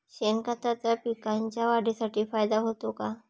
शेणखताचा पिकांच्या वाढीसाठी फायदा होतो का?